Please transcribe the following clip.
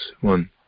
one